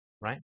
right